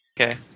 Okay